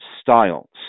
styles